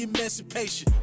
Emancipation